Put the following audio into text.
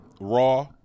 Raw